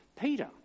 Peter